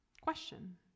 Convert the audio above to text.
Question